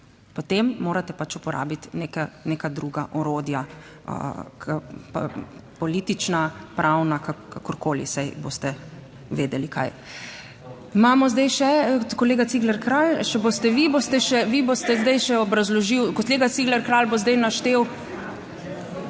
Potem morate uporabiti neka druga orodja, politična, pravna, kakorkoli, saj boste vedeli, kaj imamo. Kolega Cigler Kralj, boste še vi zdaj obrazložili. Kolega Cigler Kralj bo zdaj naštel...